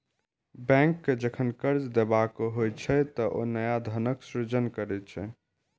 bank कें जखन कर्ज देबाक होइ छै, ते ओ नया धनक सृजन करै छै